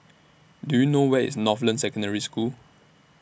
Do YOU know Where IS Northland Secondary School